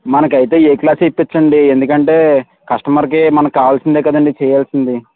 మనకైతే ఏ క్లాస్యే ఇప్పించండీ ఎందుకంటే కస్టమర్కి మనక్కావాల్సిందే కదండీ చేయాల్సింది